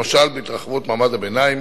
למשל בהתרחבות מעמד הביניים